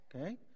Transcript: Okay